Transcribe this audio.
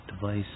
device